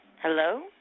Hello